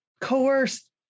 coerced